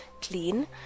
clean